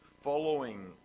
following